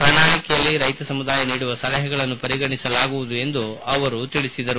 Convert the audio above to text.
ಪ್ರಣಾಳಕೆಯಲ್ಲಿ ರೈತ ಸಮುದಾಯ ನೀಡುವ ಸಲಹೆಗಳನ್ನು ಪರಿಗಣಿಸಲಾಗುವುದು ಎಂದು ಅವರು ಹೇಳಿದರು